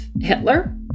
Hitler